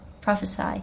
prophesy